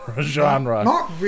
genre